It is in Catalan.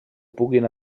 puguin